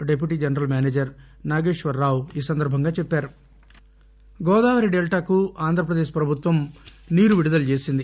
desk Godavari Godavari డెల్టాకు ఆంధ్రప్రదేశ్ ప్రభుత్వం నీరు విడుదల చేసింది